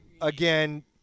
again –